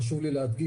חשוב לי להדגיש,